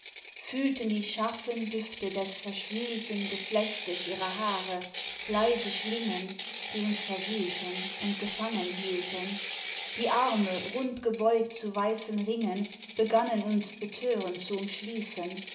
fühlten die scharfen düfte des verschwülten geflechtes ihrer haare leise schlingen die uns verwühlten und gefangen hielten die arme rund gebeugt zu weißen ringen begannen uns betörend zu umschließen